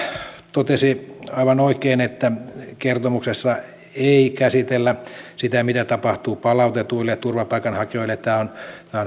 totesi aivan oikein että kertomuksessa ei käsitellä sitä mitä tapahtuu palautetuille turvapaikanhakijoille tämä on